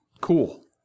Cool